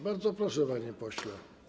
Bardzo proszę, panie pośle.